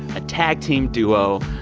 a tag-team duo,